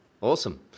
awesome